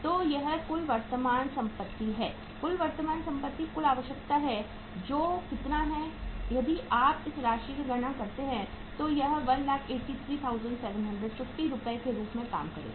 तो यह कुल वर्तमान संपत्ति है कुल वर्तमान संपत्ति कुल आवश्यकता है जो कितना है यदि आप इस राशि की गणना करते हैं तो यह 183750 रुपये के रूप में काम करेगा